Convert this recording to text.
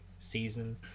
season